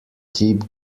keep